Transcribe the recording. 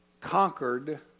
conquered